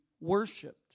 worshipped